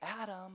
Adam